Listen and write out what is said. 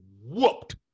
whooped